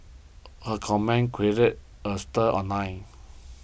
her comments created a stir online